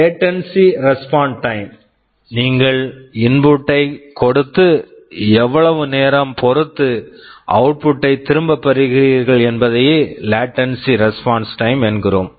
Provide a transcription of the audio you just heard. latency response time Latency response time நீங்கள் input input ஐ கொடுத்து எவ்வளவு நேரம் பொறுத்து அவுட்புட் output ஐ திரும்பப் பெறுகிறீர்கள் என்பதையே latency response time Latency response time என்கிறோம்